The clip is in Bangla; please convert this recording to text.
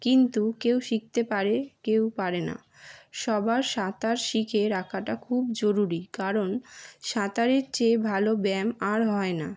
কিন্তু কেউ শিখতে পারে কেউ পারে না সবার সাঁতার শিখে রাখাটা খুব জরুরি কারণ সাঁতারের চেয়ে ভালো ব্যায়াম আর হয় না